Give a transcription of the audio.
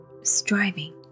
striving